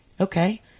okay